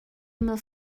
ymyl